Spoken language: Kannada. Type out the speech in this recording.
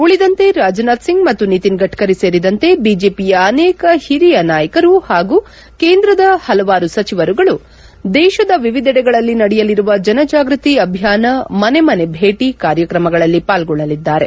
ಉಳಿದಂತೆ ರಾಜನಾಥ್ ಸಿಂಗ್ ಮತ್ತು ನಿತಿನ್ ಗಡ್ಡರಿ ಸೇರಿದಂತೆ ಬಿಜೆಪಿಯ ಅನೇಕ ಹಿರಿಯ ನಾಯಕರು ಹಾಗೂ ಕೇಂದ್ರದ ಹಲವಾರು ಸಚಿವರುಗಳು ದೇಶದ ವಿವಿಧೆಡೆಗಳಲ್ಲಿ ನಡೆಯಲಿರುವ ಜನಜಾಗ್ಯತಿ ಅಭಿಯಾನ ಮನೆಮನೆ ಭೇಟಿ ಕಾರ್ಯಕ್ರಮಗಳಲ್ಲಿ ಪಾಲ್ಗೊಳ್ಳಲಿದ್ದಾರೆ